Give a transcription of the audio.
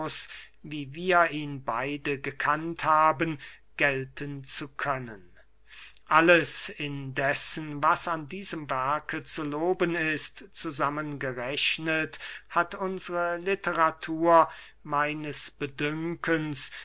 wie wir ihn beide gekannt haben gelten zu können alles indessen was an diesem werke zu loben ist zusammen gerechnet hat unsre litteratur meines